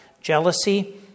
jealousy